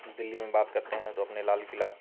दिल्ली में बात करते हैं तो अपने लाल किला